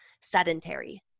sedentary